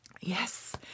yes